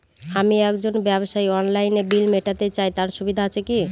আমি একজন ব্যবসায়ী অনলাইনে বিল মিটাতে চাই তার সুবিধা আছে কি?